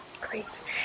Great